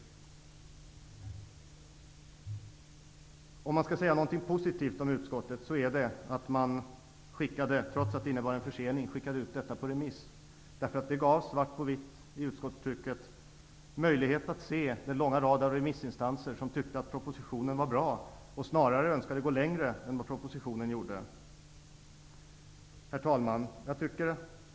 Skall man säga någonting positivt om utskottet är det att man trots att det innebar en försening skickade ut ärendet på remiss. Det gav möjlighet till att svart på vitt i utskottstrycket se den långa rad av remissinstanser som tyckte att propositionen var bra och snarare önskade att gå längre än vad regeringen gjorde i propositionen. Herr talman!